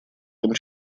том